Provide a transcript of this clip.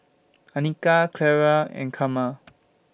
Annika Ciara and Carma